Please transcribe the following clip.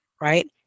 right